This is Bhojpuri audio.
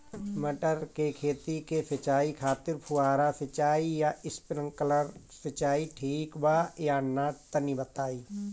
मटर के खेती के सिचाई खातिर फुहारा सिंचाई या स्प्रिंकलर सिंचाई ठीक बा या ना तनि बताई?